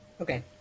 Okay